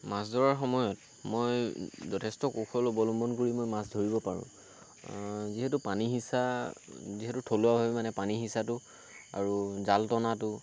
মাছ ধৰাৰ সময়ত মই যথেষ্ট কৌশল অৱলম্বন কৰি মই মাছ ধৰিব পাৰোঁ যিহেতু পানী সিঁচা যিহেতু থলুৱাভাৱে মানে পানী সিঁচাটো আৰু জাল টনাটো